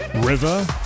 River